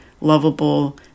lovable